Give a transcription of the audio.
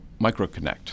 MicroConnect